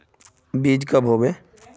बीज कब होबे?